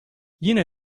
yine